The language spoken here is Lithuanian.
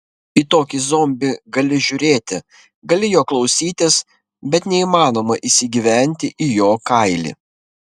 į tokį zombį gali žiūrėti gali jo klausytis bet neįmanoma įsigyventi į jo kailį